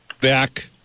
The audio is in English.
back